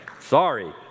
Sorry